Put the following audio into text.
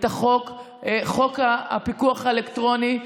את חוק הפיקוח האלקטרוני,